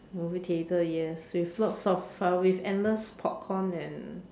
movie theater yes with lots of with uh endless popcorn and